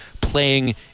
playing